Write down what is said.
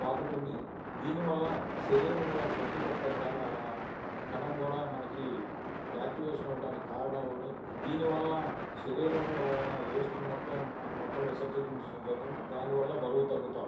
పాకుతుంది దీనివలన శరీరంలో ప్రతీ ఒక్క కణం కూడా మనకి యాక్టివేషన్ అవ్వటానికి కారణాలున్నాయి దీనివలన శరీరంలో ఉన్న వేస్ట్ మొత్తం మ మొత్తం విసర్జించడం జరుగుతుంది దానివల్ల బరువు తగ్గుతాం